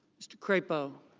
mr. crapo.